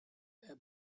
their